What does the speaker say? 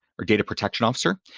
or data protection officer.